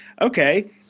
okay